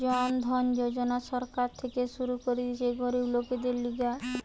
জন ধন যোজনা সরকার থেকে শুরু করতিছে গরিব লোকদের লিগে